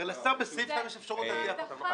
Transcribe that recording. הרי לשר יש בסעיף 5 אפשרות להדיח אותם.